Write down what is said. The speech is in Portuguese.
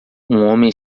homem